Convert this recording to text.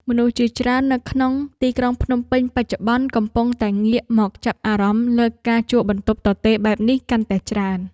មនុស្សជាច្រើននៅក្នុងទីក្រុងភ្នំពេញបច្ចុប្បន្នកំពុងតែងាកមកចាប់អារម្មណ៍លើការជួលបន្ទប់ទទេរបែបនេះកាន់តែច្រើន។